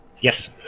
Yes